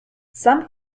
some